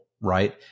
Right